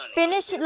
finish